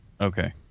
Okay